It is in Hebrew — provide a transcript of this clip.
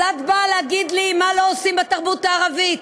אז את באה להגיד לי מה לא עושים בתרבות הערבית?